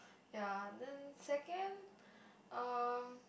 ya then second um